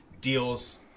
deals